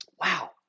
wow